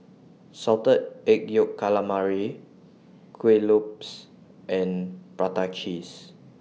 Salted Egg Yolk Calamari Kueh Lopes and Prata Cheese